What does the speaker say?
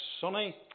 sunny